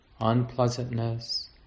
unpleasantness